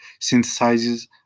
synthesizes